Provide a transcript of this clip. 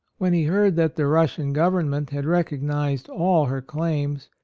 when he heard that the russian govern ment had recognized all her claims,